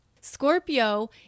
Scorpio